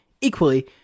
Equally